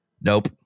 Nope